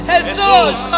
Jesus